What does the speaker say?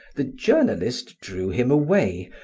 the journalist drew him away,